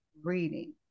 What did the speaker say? reading